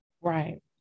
Right